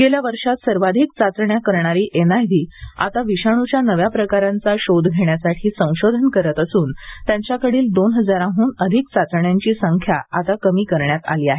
गेल्या वर्षात सर्वाधिक चाचण्या करणारी एनआयव्ही आता विषाणूच्या नव्या प्रकारांचा शोध घेण्यासाठी संशोधन करत असून त्यांच्याकडील दोन हजारांहून अधिक चाचण्याची संख्या आता कमी करण्यात आली आहे